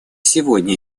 сегодня